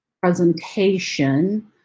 presentation